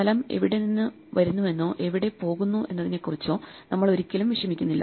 സ്ഥലം എവിടെ നിന്ന് വരുന്നുവെന്നോ എവിടെ പോകുന്നു എന്നതിനെക്കുറിച്ചോ നമ്മൾ ഒരിക്കലും വിഷമിക്കുന്നില്ല